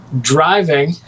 Driving